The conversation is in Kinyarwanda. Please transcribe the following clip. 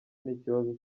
n’ikibazo